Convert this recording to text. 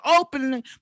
opening